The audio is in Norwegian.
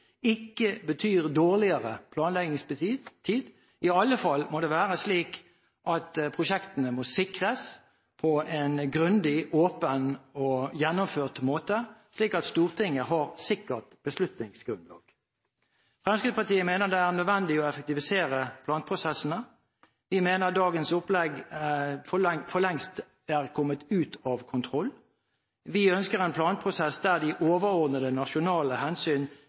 ikke betyr dårligere planleggingstid, iallfall må det være slik at prosjektene må sikres på en grundig, åpen og gjennomført måte, slik at Stortinget har et sikkert beslutningsgrunnlag. Fremskrittspartiet mener det er nødvendig å effektivisere planprosessene. Vi mener dagens opplegg for lengst har kommet ut av kontroll. Vi ønsker en planprosess der de overordnede nasjonale hensyn